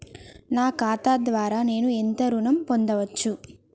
నా ఖాతా ద్వారా నేను ఎంత ఋణం పొందచ్చు?